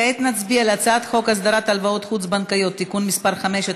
כעת נצביע על הצעת חוק הסדרת הלוואות חוץ-בנקאיות (תיקון מס' 5),